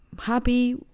happy